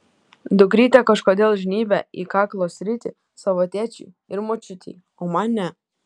dukrytė kažkodėl žnybia į kaklo sritį savo tėčiui ir močiutei o man ne